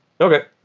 Okay